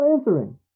answering